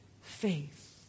faith